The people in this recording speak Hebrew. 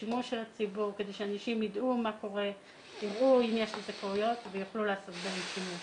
לשימוש הציבור כדי שאנשים ידעו מה קורה ויוכלו לעשות בדברים שימוש.